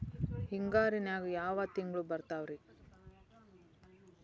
ಹಿಂಗಾರಿನ್ಯಾಗ ಯಾವ ತಿಂಗ್ಳು ಬರ್ತಾವ ರಿ?